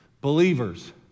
believers